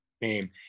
name